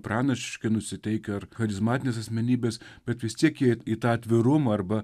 pranašiškai nusiteikę ar charizmatinės asmenybės bet vis tiek jie tą atvirumą arba